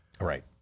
Right